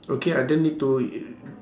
okay I don't need to